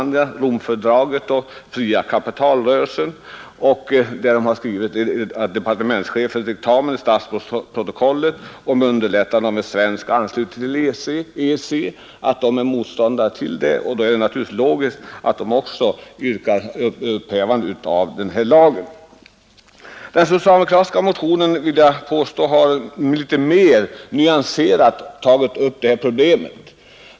De skriver att de är motståndare till departementschefens diktamen till statsrådsprotokollet om underlättande av en svensk anslutning till EEC, och det är då logiskt att de också yrkar upphävande av lagen. Den socialdemokratiska motionen har, vill jag påstå, litet mer nyanserat tagit upp detta problem.